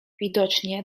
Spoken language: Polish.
widocznie